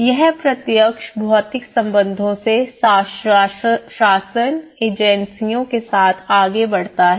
यह प्रत्यक्ष भौतिक संबंधों से शासन एजेंसियों के साथ आगे बढ़ता है